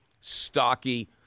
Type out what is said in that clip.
stocky